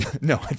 no